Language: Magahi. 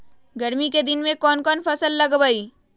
गर्मी के दिन में कौन कौन फसल लगबई?